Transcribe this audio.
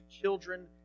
children